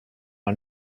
our